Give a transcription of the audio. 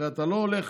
הרי אתה לא הולך